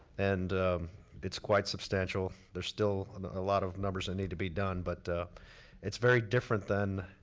and it's quite substantial. there's still a lot of numbers that need to be done. but it's very different than